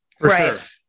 right